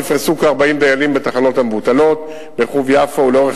נפרסו כ-40 דיילים בתחנות המבוטלות ברחוב יפו ולאורך